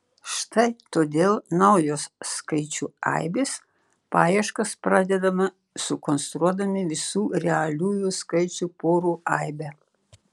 štai todėl naujos skaičių aibės paieškas pradedame sukonstruodami visų realiųjų skaičių porų aibę